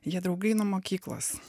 jie draugai nuo mokyklos